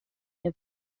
the